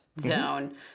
zone